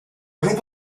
group